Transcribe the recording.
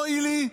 אוי לי,